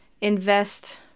invest